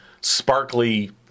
sparkly